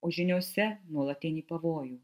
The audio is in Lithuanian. o žiniose nuolatinį pavojų